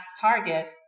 target